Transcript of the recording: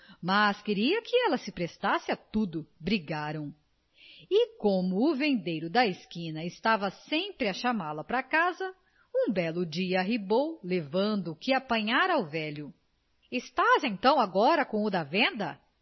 mas queria que ela se prestasse a tudo brigaram e como o vendeiro da esquina estava sempre a chamá-la para casa um belo dia arribou levando o que apanhara ao velho estás então agora com o da venda